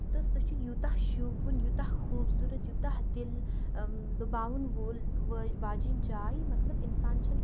تہٕ سُہ چھُ یوٗتاہ شوٗبوُن یوٗتاہ خوٗبصوٗرت یوٗتاہ دِل لُباوُن وول واجٕنۍ جاے مطلب اِنسان چھُ نہٕ